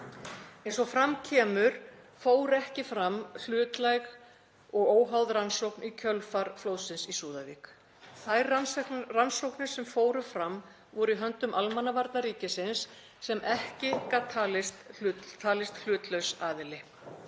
Eins og fram kemur fór ekki fram hlutlæg og óháð rannsókn í kjölfar flóðsins í Súðavík. Þær rannsóknir sem fóru fram voru í höndum Almannavarna ríkisins sem ekki gat talist hlutlaus aðili.